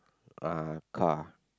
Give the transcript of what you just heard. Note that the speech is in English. ah car